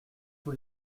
tous